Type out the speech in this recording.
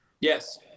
Yes